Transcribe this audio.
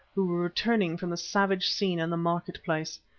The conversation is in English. who were returning from the savage scene in the market-place.